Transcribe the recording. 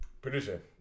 Producer